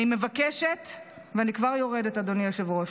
אני מבקשת, ואני כבר יורדת, אדוני היושב-ראש,